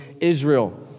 Israel